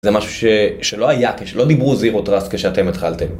זה משהו ש.. שלא היה, כשלא דיברו Zero Trust כשאתם התחלתם.